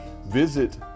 Visit